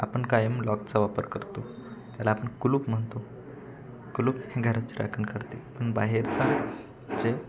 आपण कायम लॉकचा वापर करतो त्याला आपण कुलूप म्हणतो कुलूप हे घराची राखण करते पण बाहेरचा जे